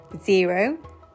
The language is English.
zero